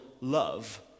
love